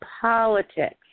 politics